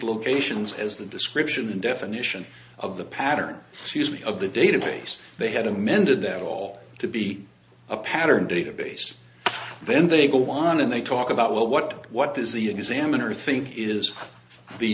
locations as the description and definition of the pattern of the database they had amended them all to be a pattern database then they go on and they talk about what what what is the examiner think is the